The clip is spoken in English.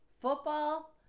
Football